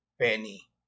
penny